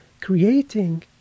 creating